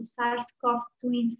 SARS-CoV-2